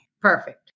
Perfect